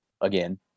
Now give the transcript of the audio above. again